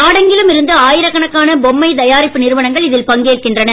நாடெங்கும் இருந்து ஆயிரக் கணக்கான பொம்மை தயாரிப்பு நிறுவனங்கள் இதில் பங்கேற்கின்றன